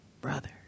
brother